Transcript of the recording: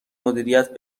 مدیریت